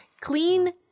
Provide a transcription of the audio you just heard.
Clean